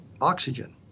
oxygen